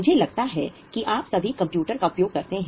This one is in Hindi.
मुझे लगता है कि आप सभी कंप्यूटर का उपयोग करते हैं